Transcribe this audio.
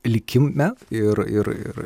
likime ir ir ir